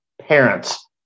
parents